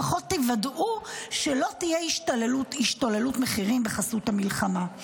לפחות תוודאו שלא תהיה השתוללות מחירים בחסות המלחמה.